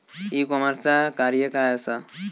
E कॉमर्सचा कार्य काय असा?